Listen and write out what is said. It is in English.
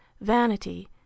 vanity